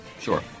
Sure